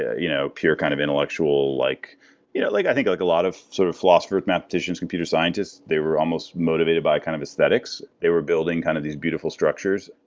you know pure kind of intellectual like yeah like i think, like a lot of sort of philosopher, mathematicians, computer scientists. they were almost motivated by kind of aesthetics. they were building kind of these beautiful structures.